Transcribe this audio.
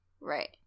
Right